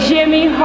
Jimmy